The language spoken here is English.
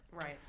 Right